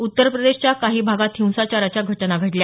उत्तरप्रदेशाच्या काही भागात हिंसाचाराच्या घटना घडल्या